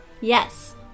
yes